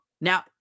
now